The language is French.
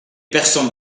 personnes